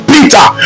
Peter